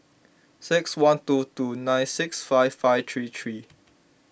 six one two two nine six five five three three